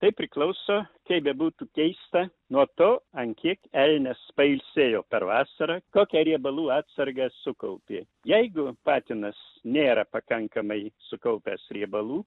tai priklauso kaip bebūtų keista nuo to an kiek elnias pailsėjo per vasarą kokią riebalų atsargą sukaupė jeigu patinas nėra pakankamai sukaupęs riebalų